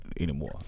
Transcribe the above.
anymore